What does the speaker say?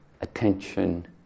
attention